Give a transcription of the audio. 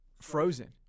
frozen